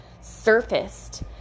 surfaced